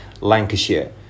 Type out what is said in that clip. Lancashire